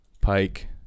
pike